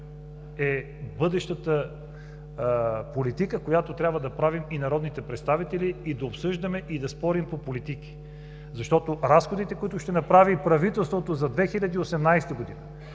е бъдещата политика, която трябва да правим народните представители, и да обсъждаме, и да спорим по политики. Защото разходите, които ще направи правителството за 2018 г.,